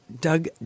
Doug